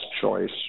choice